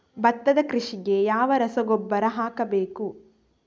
ಭತ್ತದ ಕೃಷಿಗೆ ಯಾವ ರಸಗೊಬ್ಬರ ಹಾಕಬೇಕು?